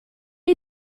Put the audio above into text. hai